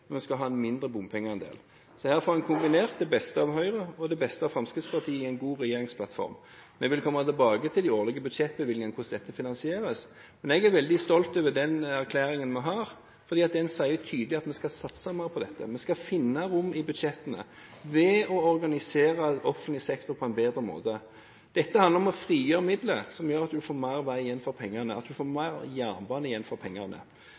vi skal ha en mindre bompengeandel. Så her får man kombinert det beste av Høyre og det beste av Fremskrittspartiet i en god regjeringsplattform. Vi vil i de årlige budsjettbevilgningene komme tilbake til hvordan dette skal finansieres, men jeg er veldig stolt over den erklæringen vi har. Den sier tydelig at vi skal satse mer på dette, vi skal finne rom i budsjettene ved å organisere offentlig sektor på en bedre måte. Dette handler om å frigjøre midler, noe som gjør at man får mer vei igjen for pengene, og at man får mer jernbane igjen for pengene.